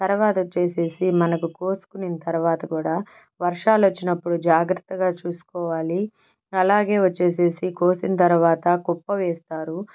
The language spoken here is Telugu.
తరువాత వచ్చేసి మనకు కోసుకొన్న తరువాత కూడా వర్షాలు వచ్చినపుడు జాగ్రత్తగా చూసుకోవాలి అలాగే వచ్చేసేసి కోసిన తరువాత కుప్ప వేస్తారు